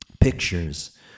pictures